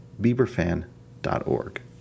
bieberfan.org